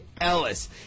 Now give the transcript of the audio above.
Ellis